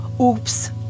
oops